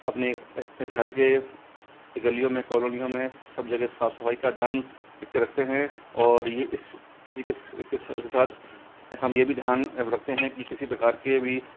अपने घर के गलियों में कॉलोनियों में सब जगह साफ़ सफ़ाई का ध्यान रखते हैं और ये इस इसी के साथ हम ये भी ध्यान रखते हैं कि किसी प्रकार के भी